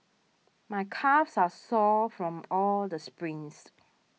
my calves are sore from all the sprints